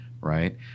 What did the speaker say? right